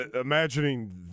imagining